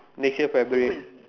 next year February